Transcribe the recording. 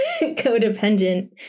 codependent